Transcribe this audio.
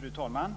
Fru talman!